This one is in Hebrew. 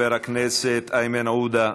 חבר הכנסת איימן עודה,